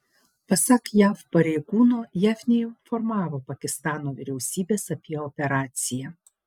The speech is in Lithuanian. pasak jav pareigūno jav neinformavo pakistano vyriausybės apie operaciją